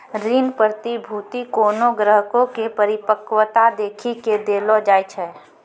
ऋण प्रतिभूती कोनो ग्राहको के परिपक्वता देखी के देलो जाय छै